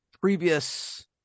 previous